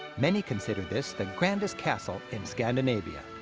many consider this the grandest castle in scandinavia,